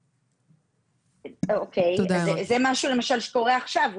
זה משהו שקורה עכשיו.